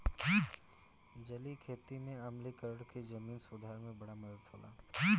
जलीय खेती में आम्लीकरण के जमीन सुधार में बड़ा मदद होला